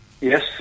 Yes